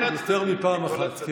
כן, יותר מפעם אחת.